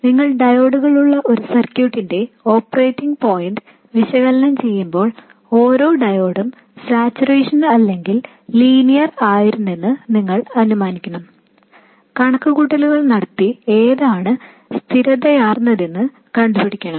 അതിനാൽ നിങ്ങൾ ഡയോഡുകൾ ഉള്ള ഒരു സർക്യൂട്ടിന്റെ ഓപ്പറേറ്റിംഗ് പോയിന്റ് വിശകലനം ചെയ്യുമ്പോൾ ഓരോ ഡയോഡും സാച്ചുറേഷനിൽ അല്ലെങ്കിൽ ലീനിയറിൽ ആയിരുന്നെന്ന് നിങ്ങൾ അനുമാനിക്കണം കണക്കുകൂട്ടലുകൾ നടത്തി ഏതാണ് സ്ഥിരതയാർന്നതെന്ന് കണ്ടുപിടിക്കണം